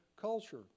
culture